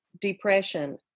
depression